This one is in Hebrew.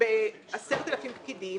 10,000 פקידים,